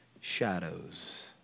shadows